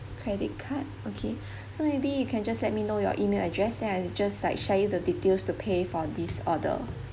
credit card okay so maybe you can just let me know your email address then I just like share you the details to pay for this order